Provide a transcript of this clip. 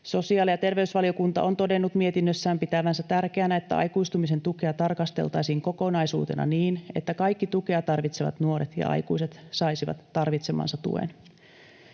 Sosiaali- ja terveysvaliokunta on todennut mietinnössään pitävänsä tärkeänä, että aikuistumisen tukea tarkasteltaisiin kokonaisuutena niin, että kaikki tukea tarvitsevat nuoret ja aikuiset saisivat tarvitsemansa tuen.